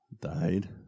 died